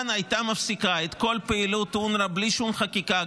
הייתה מפסיקה את כל פעילות אונר"א בלי שום חקיקה,